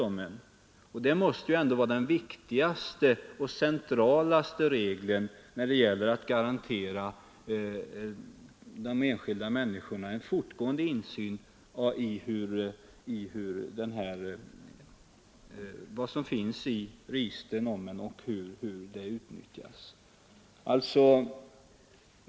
Det måste ändå vara den viktigaste och centrala regeln när det gäller att garantera de enskilda människorna en fortgående insyn i vad som finns i registren och hur de utnyttjas.